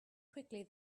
quickly